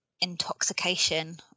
intoxication